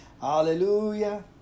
hallelujah